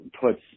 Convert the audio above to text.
puts